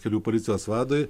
kelių policijos vadui